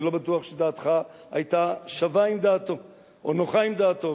אני לא בטוח שדעתך היתה שווה עם דעתו או נוחה עם דעתו,